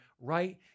right